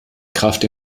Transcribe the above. kraft